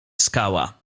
skała